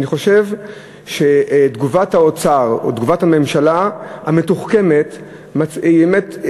אני חושב שתגובת האוצר או תגובת הממשלה המתוחכמת מצליחה.